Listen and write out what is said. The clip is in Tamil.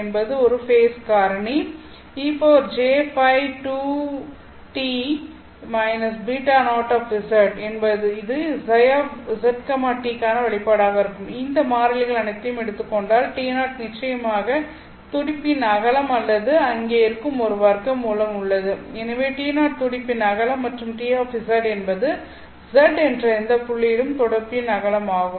என்பது ஒரு ஃபேஸ் காரணி எனவே இது ψzt க்கான வெளிப்பாடாக இருக்கும் இந்த மாறிலிகள் அனைத்தையும் எடுத்துக் கொண்டால் T0 நிச்சயமாக துடிப்பின் அகலம் அல்லது இங்கே ஒரு வர்க்கமூலம் உள்ளது எனவே T0 துடிப்பின் அகலம் மற்றும் T என்பது z என்ற எந்த புள்ளியிலும் துடிப்பின் அகலம் ஆகும்